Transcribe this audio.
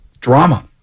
drama